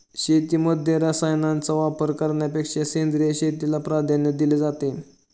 शेतीमध्ये रसायनांचा वापर करण्यापेक्षा सेंद्रिय शेतीला प्राधान्य दिले जाते